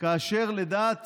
כאשר לדעת